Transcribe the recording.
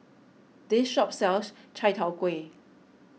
this shop sells Chai Tow Kway